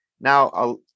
Now